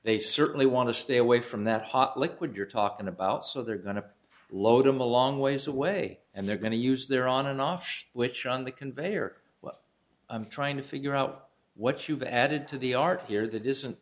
they certainly want to stay away from that hot liquid you're talking about so they're going to load them a long ways away and they're going to use their on and off switch on the conveyor while i'm trying to figure out what you've added to the arc here th